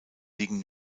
liegen